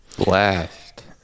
Blast